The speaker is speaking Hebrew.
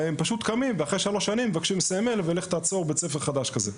הם פשוט קמים ואחר-כך לך תעצור בית ספר חדש כזה.